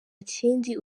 kindi